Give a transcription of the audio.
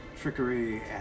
trickery